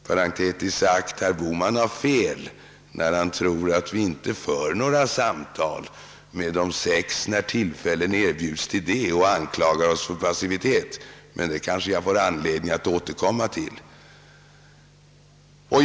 Parentetiskt sagt: Herr Bohman har fel när han tror att vi inte har några samtal med De sex, när tillfällen erbjuds till det, och anklagar oss för passivitet, men jag kanske får anledning att återkomma till det.